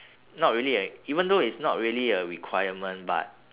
not really a even though it's not really a requirement but